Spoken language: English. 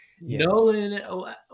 Nolan